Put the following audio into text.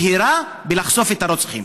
מהירה בלחשוף את הרוצחים.